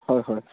হয় হয়